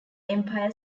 empire